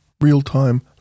Real-time